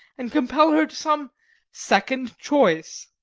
and compel her to some second choice.